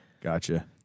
Gotcha